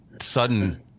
sudden